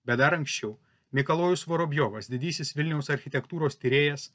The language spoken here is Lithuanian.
bet dar anksčiau mikalojus vorobjovas didysis vilniaus architektūros tyrėjas